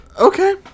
Okay